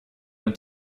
und